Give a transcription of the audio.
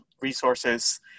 resources